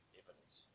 evidence